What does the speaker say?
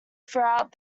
throughout